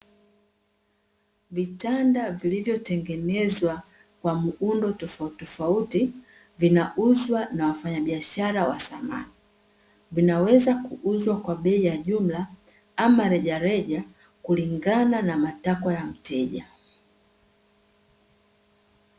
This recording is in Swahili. Vitanda vilivyotengenezwa kwa muundo tofauti tofauti, vinauzwa na wafanyabiashara wa samani. Vinaweza kuuzwa kwa bei ya jumla ama rejareaja kulingana na matakwa ya mteja.